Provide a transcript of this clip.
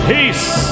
Peace